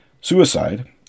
Suicide